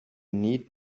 need